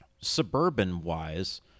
suburban-wise